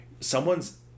Someone's